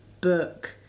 book